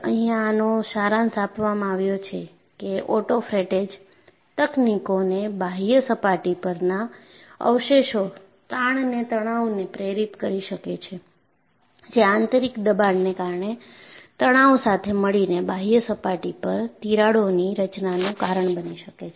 અહિયાં આનો સારાંશ આપવામાં આવ્યો છે કે ઓટોફ્રેટેજ તકનીકોને બાહ્ય સપાટી પરના અવશેષો તાણને તણાવને પ્રેરિત કરી શકે છે જે આંતરિક દબાણને કારણે તણાવ સાથે મળીને બાહ્ય સપાટી પર તિરાડોની રચનાનું કારણ બની શકે છે